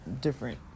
different